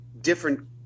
different